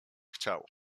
chciał